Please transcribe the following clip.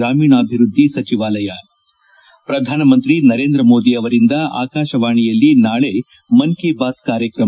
ಗ್ರಾಮೀಣಾಭಿವೃದ್ದಿ ಸಚಿವಾಲಯ ಪ್ರಧಾನಮಂತ್ರಿ ನರೇಂದ್ರ ಮೋದಿ ಅವರಿಂದ ಆಕಾಶವಾಣಿಯಲ್ಲಿ ನಾಳೆ ಮನ್ ಕಿ ಬಾತ್ ಕಾರ್ಯಕ್ರಮ